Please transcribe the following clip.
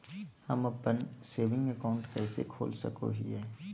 हम अप्पन saving account कइसे खोल सको हियै?